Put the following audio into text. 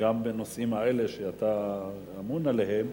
גם בנושאים האלה שאתה אמון עליהם.